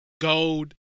gold